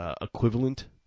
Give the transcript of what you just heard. equivalent